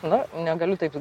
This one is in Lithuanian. na negaliu taip